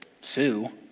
Sue